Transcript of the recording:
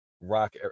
rock